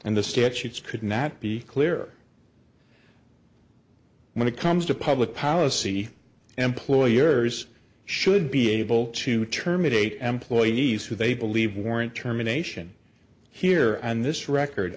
and the statutes could not be clear when it comes to public policy employers should be able to terminate employees who they believe warrant terminations here and this record